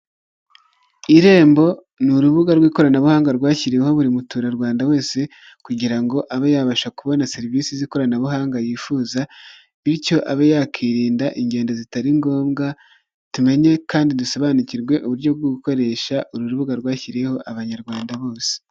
Irembo ni urubuga rw'ikoranabuhanga rwashyiriweho buri muturarwanda wese kugira ngo abe yabasha kubona serivisi z'ikoranabuhanga yifuza bityo abe yakirinda ingendo zitari ngombwa, tumenye kandi dusobanukirwe uburyo bwo gukoresha uru rubuga rwashyiriyeho abanyarwanda bose.